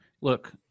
look